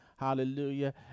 Hallelujah